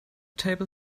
table